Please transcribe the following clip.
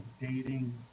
dating